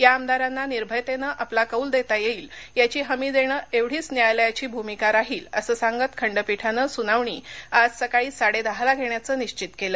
या आमदारांना निर्भयतेनं आपला कौल देता येईल याची हमी देणं एवढीच न्यायालयाची भूमिका राहील असं सांगत खंडपीठानं सुनावणी आज सकाळी साडे दहाला घेण्याचं निश्चित केलं